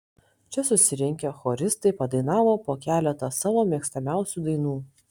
čia susirinkę choristai padainavo po keletą savo mėgstamiausių dainų